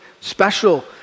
special